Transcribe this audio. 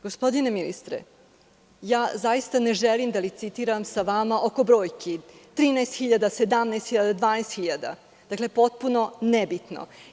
Gospodine ministre, ja zaista ne želim da licitiram sa vama oko brojki, 13.000, 17.000, 12.000, potpuno nebitno.